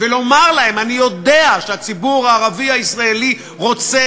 ולומר להם: אני יודע שהציבור הערבי הישראלי רוצה